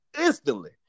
instantly